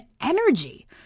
energy